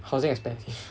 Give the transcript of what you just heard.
housing expensive